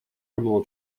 criminal